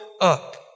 up